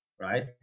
right